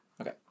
Okay